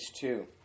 two